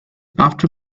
after